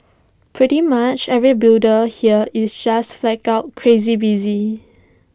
pretty much every builder here is just flat out crazy busy